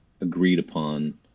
agreed-upon